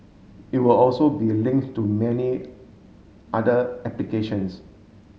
it would also be link to many other applications